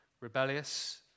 Rebellious